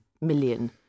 million